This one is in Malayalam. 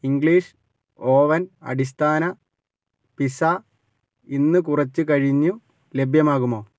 ഇംഗ്ലീഷ് ഓവൻ അടിസ്ഥാന പിസ്സ ഇന്ന് കുറച്ചു കഴിഞ്ഞു ലഭ്യമാകുമോ